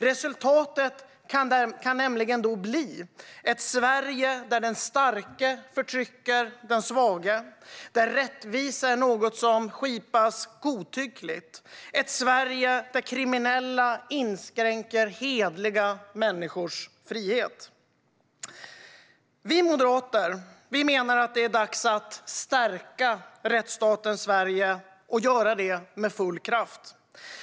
Resultatet kan då bli ett Sverige där den starke förtrycker den svage, där rättvisa är något som skipas godtyckligt, ett Sverige där kriminella inskränker hederliga människors frihet. Vi moderater menar att det är dags att stärka rättsstaten Sverige - och göra det med full kraft.